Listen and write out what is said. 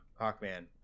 Hawkman